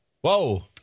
Whoa